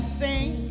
sing